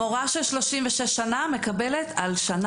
מורה של 36 שנה מקבלת על שנה.